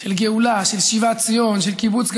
של גאולה, של שיבת ציון, של קיבוץ גלויות.